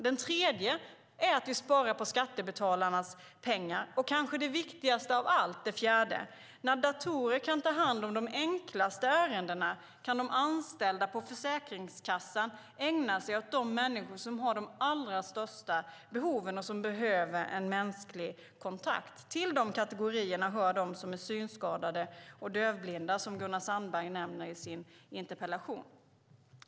Den tredje är att vi sparar på skattebetalarnas pengar. Den fjärde, som kanske är viktigast av allt, är att när datorer kan ta hand om de enklaste ärendena kan de anställda på Försäkringskassan ägna sig åt de människor som har de allra största behoven och som behöver en mänsklig kontakt. Till de kategorierna hör de som är synskadade och dövblinda, som Gunnar Sandberg nämner i sin interpellation.